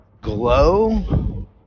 glow